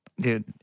dude